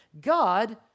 God